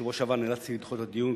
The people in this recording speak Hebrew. בשבוע שעבר נאלצתי לדחות את הדיון,